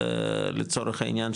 לצורך העניין,